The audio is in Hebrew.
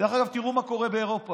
דרך אגב, תראו מה קורה באירופה.